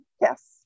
Yes